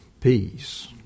peace